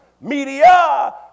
Media